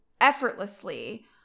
effortlessly